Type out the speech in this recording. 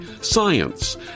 science